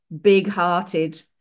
big-hearted